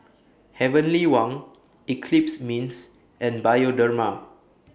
Heavenly Wang Eclipse Mints and Bioderma